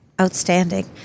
Outstanding